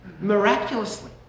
Miraculously